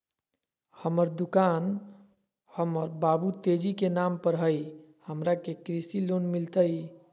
हमर दुकान हमर बाबु तेजी के नाम पर हई, हमरा के कृषि लोन मिलतई?